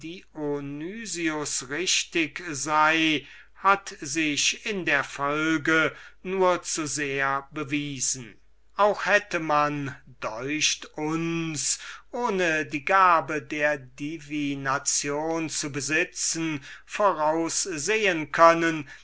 hat sich in der folge würklich bewiesen und man hätte deucht uns ohne die gabe der divination zu besitzen voraussehen können